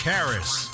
Harris